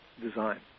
design